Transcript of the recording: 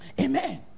Amen